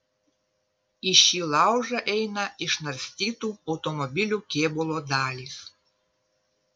į šį laužą eina išnarstytų automobilių kėbulo dalys